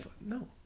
No